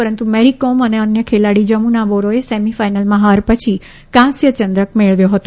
પરંતુ મેરીકોમ અને અન્ય ખેલાડી જમુના બોરોએ સેમીફાઇનલમાં હાર પછી કાંસ્ય પદક મેળવ્યો હતો